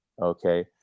okay